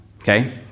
Okay